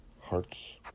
hearts